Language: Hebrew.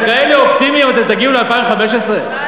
קודם כול, אתם מדברים על שנת 2015. אם,